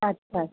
अच्छा